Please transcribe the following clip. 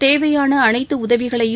தேவையான அனைத்து உதவிகளையும்